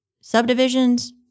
subdivisions